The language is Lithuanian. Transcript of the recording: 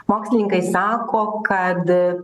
mokslininkai sako kad